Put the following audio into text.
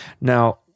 Now